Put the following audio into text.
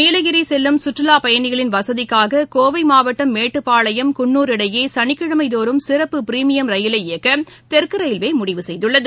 நீலகிரிசெல்லும் கற்றுலாப் பயணிகளின் வசதிக்காககோவைமாவட்டம் மேட்டுப்பாளையம் குள்னூர் இடையேசனிக்கிழமைதோறும் சிறப்பு பிரிமியம் ரயிலை இயக்கதெற்குரயில்வேமுடிவு செய்துள்ளது